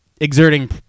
exerting